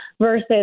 versus